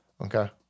okay